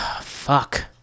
fuck